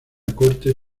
corte